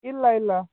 ಇಲ್ಲ ಇಲ್ಲ